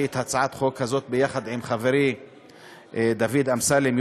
את הצעת החוק הזאת יחד עם חברי דוד אמסלם,